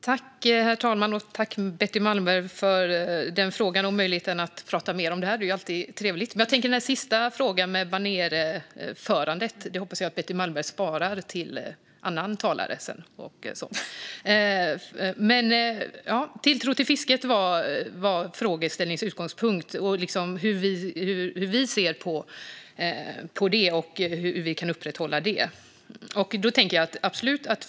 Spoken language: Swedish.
Herr talman! Jag tackar Betty Malmberg för frågan och möjligheten att prata mer om detta; det är alltid trevligt. Vad gäller frågan om banerföraren hoppas jag att Betty Malmberg sparar den till en annan talare. Tilltron till fisket var frågans utgångspunkt och hur vi ser på det och hur vi kan upprätthålla den.